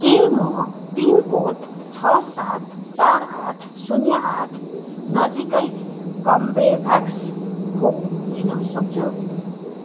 के म पिनकोड छ सात चार आठ शुन्य आठ नजिकै कर्बेभ्याक्स खोप लिन सक्छु